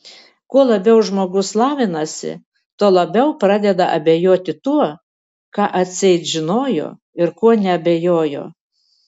kuo labiau žmogus lavinasi tuo labiau pradeda abejoti tuo ką atseit žinojo ir kuo neabejojo